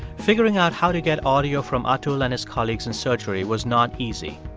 figuring out how to get audio from atul and his colleagues in surgery was not easy.